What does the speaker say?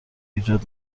ایجاد